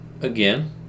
again